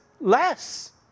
less